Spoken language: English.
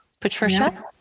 Patricia